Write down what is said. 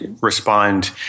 respond